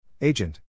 Agent